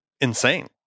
insane